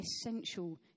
essential